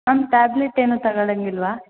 ma'am tablet ಏನು ತಗಳಂಗೆ ಇಲ್ಲವಾ